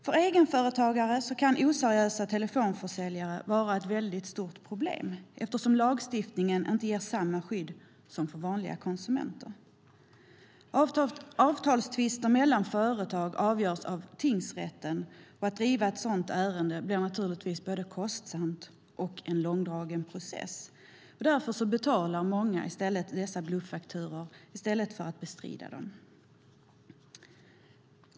För egenföretagare kan oseriösa telefonförsäljare vara ett stort problem eftersom lagstiftningen inte ger samma skydd för dem som för vanliga konsumenter. Avtalstvister mellan företag avgörs i tingsrätten, och att driva ett sådant ärende blir både kostsamt och en långdragen process. Därför betalar många bluffakturorna i stället för att bestrida dem.